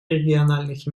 региональных